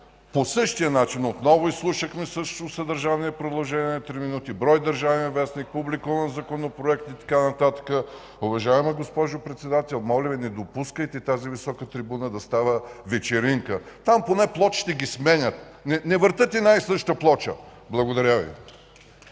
по същия начин – отново изслушахме същото съдържание в продължение на 3 мин., брой „Държавен вестник“, публикуван законопроект и така нататък. Уважаема госпожо Председател, моля Ви, не допускайте тази висока трибуна да става вечеринка. Там поне плочите ги сменят. Не въртят една и съща плоча. Благодаря Ви.